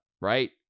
right